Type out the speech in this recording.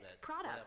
product